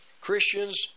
Christians